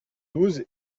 douze